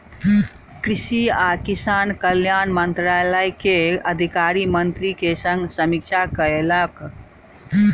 कृषि आ किसान कल्याण मंत्रालय के अधिकारी मंत्री के संग समीक्षा कयलक